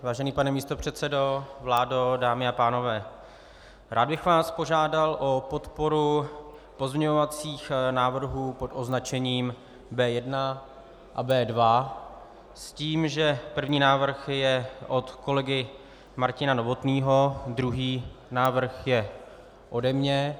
Vážený pane místopředsedo, vládo, dámy a pánové, rád bych vás požádal o podporu pozměňovacích návrhů pod označením B1 a B2 s tím, že první návrh je od kolegy Martina Novotného, druhý návrh je ode mě.